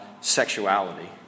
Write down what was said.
sexuality